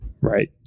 Right